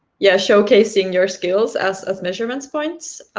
yes, showcasing your skills as as measurement points,